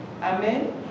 Amen